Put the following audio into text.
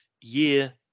year